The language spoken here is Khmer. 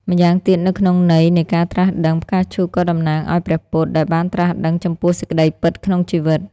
ម្យ៉ាងទៀតនៅក្នុងន័យនៃការត្រាស់ដឹងផ្កាឈូកក៏តំណាងឲ្យ ព្រះពុទ្ធ ដែលបានត្រាស់ដឹងចំពោះសេចក្ដីពិតក្នុងជីវិត។